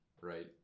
right